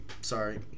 sorry